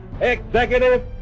executive